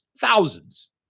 thousands